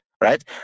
right